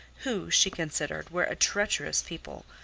who, she considered, were a treacherous people,